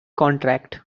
contract